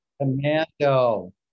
commando